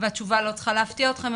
והתשובה לא צריכה להפתיע אתכם,